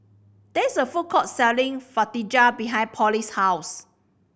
there is a food court selling Fajitas behind Polly's house